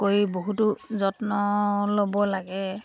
কৰি বহুতো যত্ন ল'ব লাগে